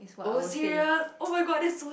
oh serious oh-my-god that is so